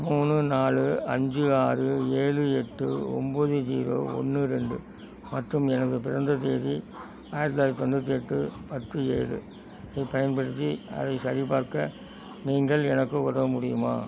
மூணு நாலு அஞ்சு ஆறு ஏழு எட்டு ஒம்போது ஜீரோ ஒன்று ரெண்டு மற்றும் எனது பிறந்த தேதி ஆயிரத்தி தொள்ளாயிரத்தி தொண்ணூற்றி எட்டு பத்து ஏழு ஐப் பயன்படுத்தி அதைச் சரிபார்க்க நீங்கள் எனக்கு உதவ முடியுமா